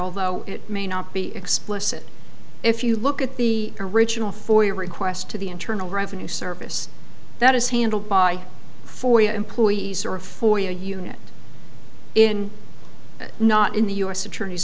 although it may not be explicit if you look at the original for your request to the internal revenue service that is handled by for your employees or for your unit in not in the us attorney